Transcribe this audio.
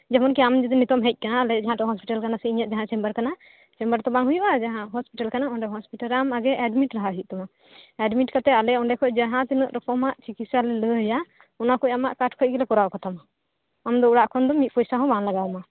ᱡᱮᱢᱚᱱ ᱠᱤ ᱟᱢ ᱡᱩᱫᱤ ᱱᱤᱛᱳ ᱮᱢ ᱦᱮᱡᱽ ᱟᱠᱟᱱᱟ ᱟᱞᱮᱭᱟᱜ ᱦᱟᱸᱡᱟ ᱴᱷᱮᱱ ᱦᱳᱥᱯᱤᱴᱟᱞ ᱠᱟᱱᱟ ᱤᱧᱟᱜ ᱡᱟᱸᱦᱟ ᱪᱮᱢᱵᱟᱨ ᱠᱟᱱᱟ ᱪᱮᱢᱵᱟᱨ ᱛᱳ ᱵᱟᱝ ᱦᱩᱭᱩᱜᱼᱟ ᱡᱟᱸᱦᱟ ᱦᱳᱥᱯᱤᱴᱟᱞ ᱠᱟᱱᱟ ᱚᱰᱮ ᱟᱢ ᱟᱜᱮ ᱮᱰᱢᱤᱴ ᱞᱟᱦᱟ ᱦᱩᱭᱩᱜ ᱛᱟᱢᱟ ᱮᱰᱢᱤᱴ ᱠᱟᱛᱮ ᱟᱞᱮ ᱚᱸᱰᱮ ᱡᱟᱸᱦᱟ ᱛᱤᱱᱟᱹ ᱨᱚᱠᱚᱢᱟᱜ ᱛᱤᱠᱤᱥᱟ ᱞᱟᱹᱭᱟ ᱚᱱᱟ ᱠᱷᱚᱡ ᱟᱢᱟᱜ ᱠᱟᱨᱰ ᱠᱷᱚᱡ ᱜᱮᱞᱮ ᱠᱚᱨᱟᱣ ᱠᱟᱛᱟᱢᱟ ᱟᱢᱫᱚ ᱚᱲᱟᱜ ᱠᱷᱚᱡ ᱫᱚ ᱢᱤᱫ ᱯᱚᱭᱥᱟ ᱦᱚᱸ ᱵᱟᱝ ᱞᱟᱜᱟᱣ ᱟᱢᱟ